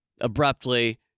abruptly